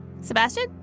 Sebastian